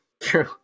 True